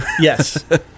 Yes